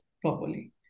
properly